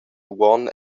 uonn